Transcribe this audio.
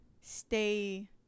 stay